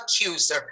accuser